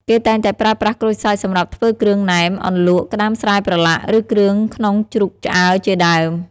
គេតែងតែប្រើប្រាស់ក្រូចសើចសម្រាប់ធ្វើគ្រឿងណែម អន្លក់ ក្តាមស្រែប្រឡាក់ ឬគ្រឿងក្នុងជ្រូកឆ្អើរជាដើម។